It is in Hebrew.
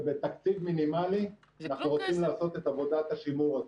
ובתקציב מינימלי אנחנו רוצים לעשות את עבודת השימור הזו.